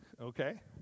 okay